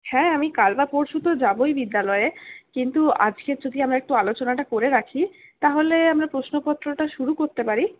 হ্যাঁ আমি কাল বা পরশু তো যাবই বিদ্যালয়ে কিন্তু আজকে যদি আমরা একটু আলোচনাটা করে রাখি তাহলে আমরা প্রশ্নপত্রটা শুরু করতে পারি